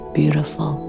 beautiful